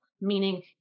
meaning